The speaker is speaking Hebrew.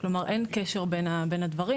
כלומר אין קשר בין הדברים,